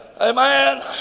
Amen